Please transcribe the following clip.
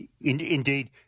Indeed